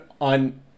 on